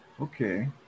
okay